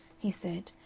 he said,